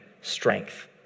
strength